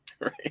Right